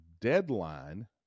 deadline